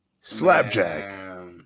Slapjack